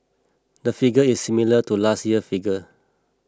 the figure is similar to last year's figure